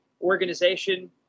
organization